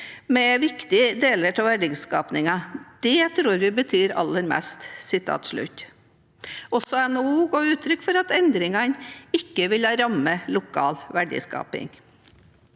med viktige deler av verdiskapingen. Det tror vi betyr aller mest.» Også NHO ga uttrykk for at endringene ikke vil ramme lokal verdiskaping.